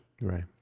Right